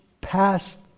past